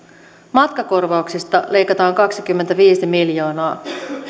matkakorvauksista leikataan kaksikymmentäviisi miljoonaa